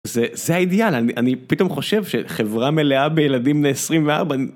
זה האידאל, אני פתאום חושב שחברה מלאה בילדים בני 24